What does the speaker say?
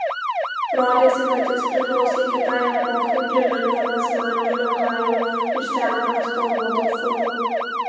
rodėsi kad jis priklausė kitai epochai primindamas maniui liokajų iš seno nespalvoto filmo